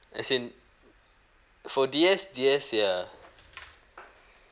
as in for D_S D_S ya